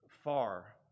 far